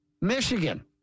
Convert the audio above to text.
Michigan